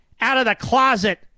out-of-the-closet